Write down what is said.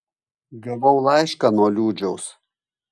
gavau laišką nuo liūdžiaus